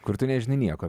kur tu nežinai nieko